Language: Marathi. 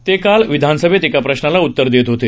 ते काल विधानसभेत एका प्रश्नाला उत्तर देत होते